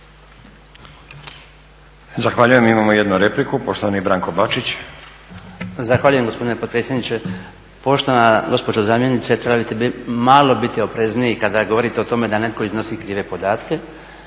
Zahvaljujem. Imamo jednu repliku, poštovani Branko Bačić. **Bačić, Branko (HDZ)** Zahvaljujem gospodine potpredsjedniče. Poštovana gospođo zamjenice trebali bi biti malo oprezniji kada govorite o tome da netko iznosi krive podatke,